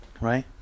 Right